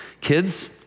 kids